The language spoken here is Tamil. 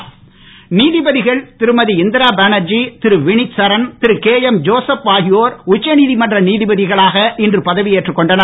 நீதிபதி நீதிபதிகள் திருமதி இந்திரா பேனர்ஜி திரு வினித்சரண் திரு கே எம் ஜோசப் ஆகியோர் உச்சநீதிமன்ற நீதிபதிகளாக இன்று பதவி ஏற்றுக் கொண்டனர்